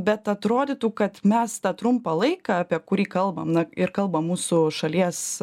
bet atrodytų kad mes tą trumpą laiką apie kurį kalbam na ir kalba mūsų šalies